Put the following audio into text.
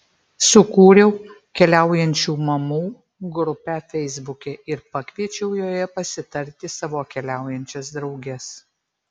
sukūriau keliaujančių mamų grupę feisbuke ir pakviečiau joje pasitarti savo keliaujančias drauges